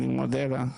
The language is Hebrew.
אני מודה לה,